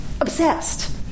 Obsessed